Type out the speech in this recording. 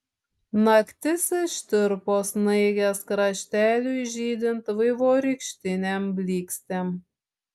naktis ištirpo snaigės krašteliui žydint vaivorykštinėm blykstėm